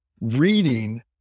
reading